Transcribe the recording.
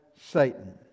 Satan